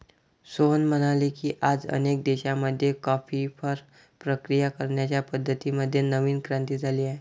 सोहन म्हणाले की, आज अनेक देशांमध्ये कॉफीवर प्रक्रिया करण्याच्या पद्धतीं मध्ये नवीन क्रांती झाली आहे